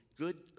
Good